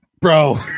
bro